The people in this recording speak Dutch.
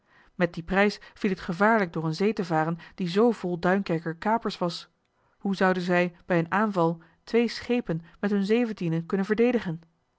met dien prijs viel het gevaarlijk door een zee te varen die zoo vol duinkerker kapers was hoe zouden zij bij een aanval twee schepen met hun zeventienen kunnen verdedigen